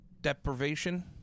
deprivation